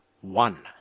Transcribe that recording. one